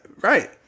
right